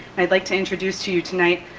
i'd like to introduce to you tonight,